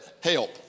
help